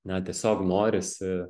na tiesiog norisi